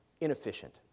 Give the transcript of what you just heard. inefficient